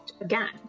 again